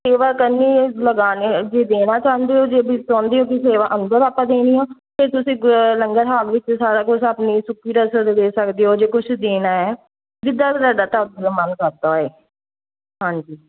ਸੇਵਾ ਕਰਨੀ ਹੈ ਲਗਾਣੇ ਜੇ ਦੇਣਾ ਚਾਹੁੰਦੇ ਹੋ ਜੇ ਤੁਸੀਂ ਚਾਹੁੰਦੇ ਹੋ ਕਿ ਸੇਵਾ ਅੰਦਰ ਆਪਾਂ ਦੇਣੀ ਆ ਅਤੇ ਤੁਸੀਂ ਗੁ ਲੰਗਰ ਹਾਲ ਵਿੱਚ ਸਾਰਾ ਕੁਛ ਆਪਣੀ ਸੁੱਕੀ ਰਸਤ ਦੇ ਸਕਦੇ ਹੋ ਜੇ ਕੁਛ ਦੇਣਾ ਹੈ ਜਿੱਦਾਂ ਤੁਹਾਡਾ ਉੱਦਾਂ ਮਨ ਕਰਦਾ ਹੋਏ ਹਾਂਜੀ